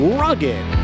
rugged